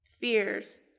fears